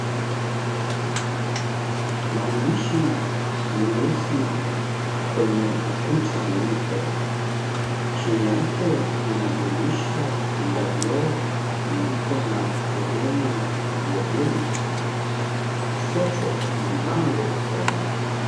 Maandishi meusi kwenye ukuta mweupe. Chini yake kuna dirisha la vioo, likona sehemu ya bluu. Kushoto, kuna mlango uko wazi.